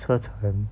车程